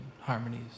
harmonies